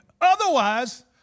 Otherwise